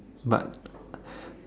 but